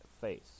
face